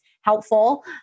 helpful